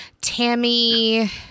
Tammy